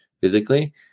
physically